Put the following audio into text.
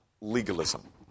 legalism